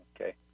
okay